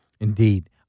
Indeed